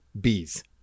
bees